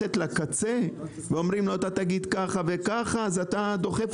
ללכת לקצה ואומרים לו: אתה תגיד ככה וככה אז אתה דוחף אותו.